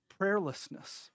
prayerlessness